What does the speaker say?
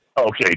Okay